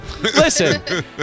listen